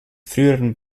früheren